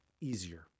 easier